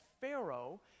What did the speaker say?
Pharaoh